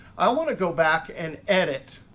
i want to go back and edit.